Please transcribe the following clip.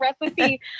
recipe